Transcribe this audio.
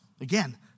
Again